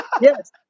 yes